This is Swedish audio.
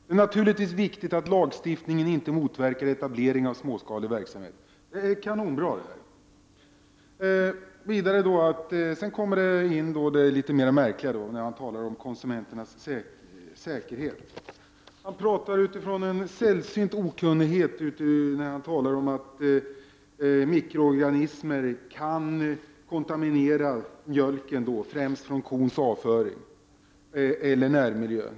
”Det är naturligtvis viktigt att lagstiftningen inte motverkar etablering av småskalig verksamhet.” Detta är kanonbra. Sedan kommer det som är mer märkligt, när jordbruksministern talar om konsumenternas säkerhet. Han talar med en sällsynt okunnighet när han säger att mikroorganismer, främst från kons avföring och närmiljö, kan kontaminera mjölken.